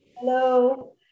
Hello